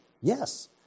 yes